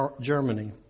Germany